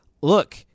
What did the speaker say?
look